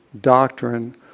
doctrine